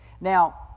Now